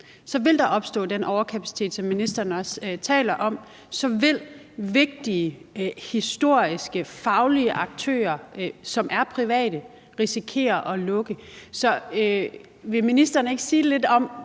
vil opstå den overkapacitet, som ministeren også taler om, og så vil vigtige historiske, faglige aktører, som er private, risikere at lukke. Så vil ministeren ikke sige lidt om,